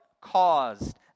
caused